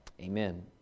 amen